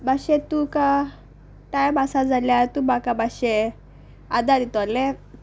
मातशें तुका टायम आसा जाल्यार तूं म्हाका मातशें आदार दितोलें